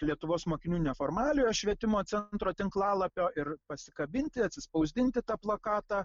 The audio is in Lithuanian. lietuvos mokinių neformaliojo švietimo centro tinklalapio ir pasikabinti atsispausdinti tą plakatą